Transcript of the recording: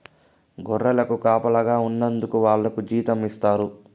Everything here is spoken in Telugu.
గొర్రెలకు కాపలాగా ఉన్నందుకు వాళ్లకి జీతం ఇస్తారు